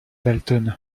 dalton